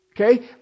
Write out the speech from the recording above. Okay